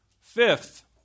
Fifth